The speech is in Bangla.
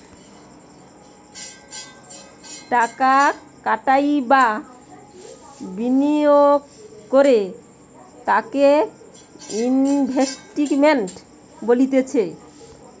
টাকা খাটাই বা বিনিয়োগ করে তাকে ইনভেস্টমেন্ট বলতিছে